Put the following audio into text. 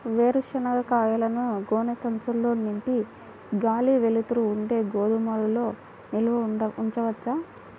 వేరుశనగ కాయలను గోనె సంచుల్లో నింపి గాలి, వెలుతురు ఉండే గోదాముల్లో నిల్వ ఉంచవచ్చా?